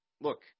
look